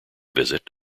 visit